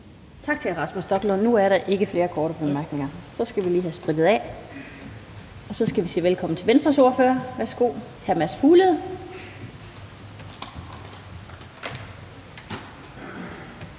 Tak til hr. Rasmus Stoklund. Nu er der ikke flere korte bemærkninger. Så skal vi lige havde sprittet af, og så skal vi sige velkommen til Venstres ordfører. Værsgo, hr. Mads Fuglede.